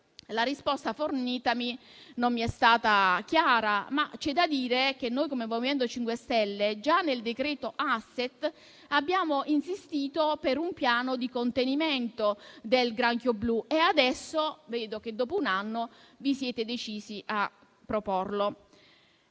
La risposta fornitami non mi è stata chiara, ma c'è da dire che noi, come MoVimento 5 Stelle, già nel decreto *asset* abbiamo insistito per un piano di contenimento del granchio blu e adesso vedo che dopo un anno vi siete decisi a proporlo.